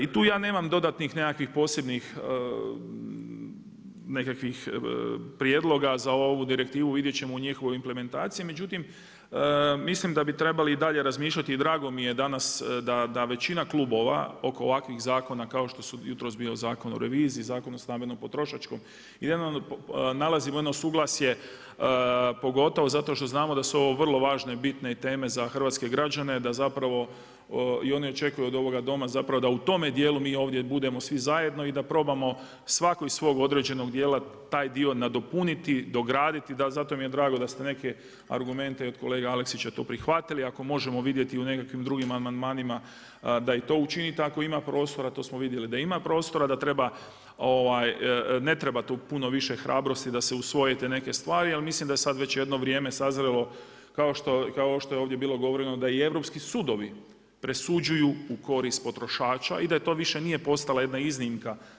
I tu ja nemam nekakvih dodatnih posebnih prijedloga za ovu direktivu, vidjet ćemo u njihovoj implementaciji, međutim mislim da bi i trebali dalje razmišljati drago mi je danas da većina klubova oko ovakvih zakona kao što su jutros je bio Zakon o reviziji, Zakon o stambenom potrošačkom i nalazimo jedno suglasje, pogotovo što znamo da su ovo vrlo važne i bitne teme za hrvatske građane da i oni očekuju od ovoga Doma da u tome dijelu mi ovdje budemo svi zajedno i da probamo svako iz svog određenog djela taj dio nadopuniti, dograditi, zato mi je drago da ste neke argumente i od kolege Aleksića to prihvatili, ako možemo vidjeti u nekakvim drugim amandmanima da i to učinite, ako ima prostora, a to smo vidjeli da ima prostora da ne treba tu puno više hrabrosti da se usvoje te neke stvari ali mislim da je sad već jedno vrijeme sazrelo kao što ovdje bilo govoreno, da i europski sudovi presuđuju u korist potrošača i da to više nije postala jedna iznimka.